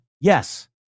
Yes